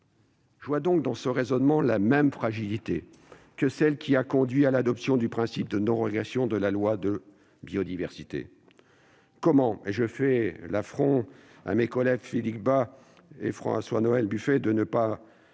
Je vois dans ce raisonnement la même fragilité que celle qui a conduit à l'adoption du principe de non-régression lors de la loi Biodiversité. Je vais faire l'affront à mes collègues Philippe Bas et François-Noël Buffet de ne pas